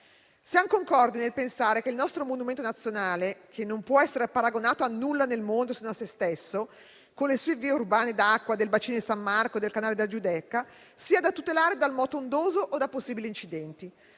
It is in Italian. Siamo concordi nel pensare che il nostro monumento nazionale, che non può essere paragonato a nulla nel mondo, se non a se stesso, con le sue vie urbane d'acqua del bacino di San Marco e del canale della Giudecca, sia da tutelare dal moto ondoso o da possibili incidenti.